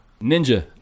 Ninja